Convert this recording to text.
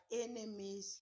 enemies